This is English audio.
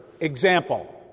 Example